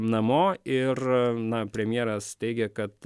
namo ir na premjeras teigė kad